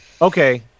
okay